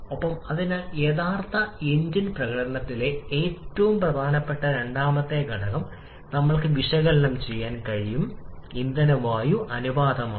ഒപ്പം അതിനാൽ യഥാർത്ഥ എഞ്ചിൻ പ്രകടനത്തിലെ ഏറ്റവും പ്രധാനപ്പെട്ട രണ്ടാമത്തെ ഘടകം നമ്മൾക്ക് വിശകലനം ചെയ്യാൻ കഴിയും ഇന്ധന വായു അനുപാതമാണ്